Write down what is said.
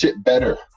better